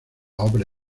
obra